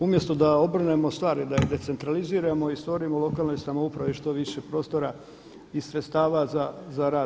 Umjesto da obrnemo stvari i da je decentraliziramo i stvorimo lokalnoj samoupravi što više prostora i sredstava za rad.